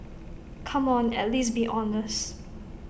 come on at least be honest